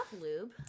lube